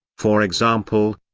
for example,